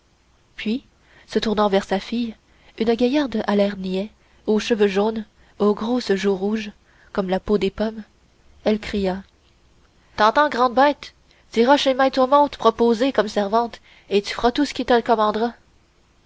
puis se tournant vers sa fille une gaillarde à l'air niais aux cheveux jaunes aux grosses joues rouges comme la peau des pommes elle cria t'entends grande bête t'iras chez maît omont t'proposer comme servante et tu f'ras tout c'qu'il te commandera